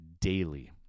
daily